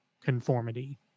conformity